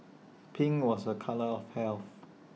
pink was A colour of health